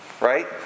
right